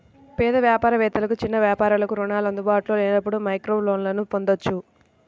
పేద వ్యాపార వేత్తలకు, చిన్న వ్యాపారాలకు రుణాలు అందుబాటులో లేనప్పుడు మైక్రోలోన్లను పొందొచ్చు